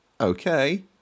okay